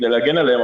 כדי להגן עליהם,